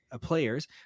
players